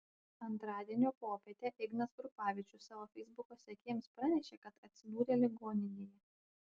antradienio popietę ignas krupavičius savo feisbuko sekėjams pranešė kad atsidūrė ligoninėje